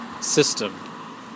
system